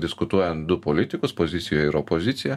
diskutuojant du politikus pozicijoj ir opozicija